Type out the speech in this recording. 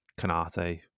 Canate